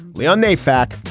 leon neyfakh,